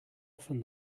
often